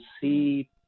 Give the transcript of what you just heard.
see